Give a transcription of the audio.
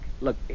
look